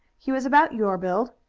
he was about your build.